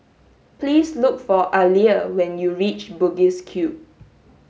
please look for Aleah when you reach Bugis Cube